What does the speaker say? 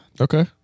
Okay